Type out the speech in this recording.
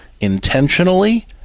intentionally